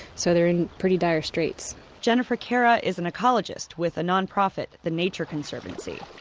so they're in pretty dire straits jennifer carah is an ecologist with a nonprofit, the nature conservancy.